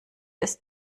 ist